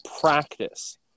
practice